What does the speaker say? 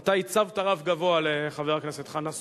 אתה הצבת רף גבוה לחבר הכנסת חנא סוייד.